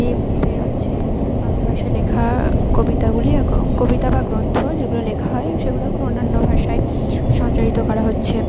এই বেরোচ্ছে বাংলা ভাষায় লেখা কবিতাগুলি কবিতা বা গ্রন্থ যেগুলো লেখা হয় সেগুলো এখন অন্যান্য ভাষায় সঞ্চারিত করা হচ্ছে